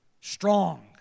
strong